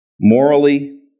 morally